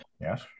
Yes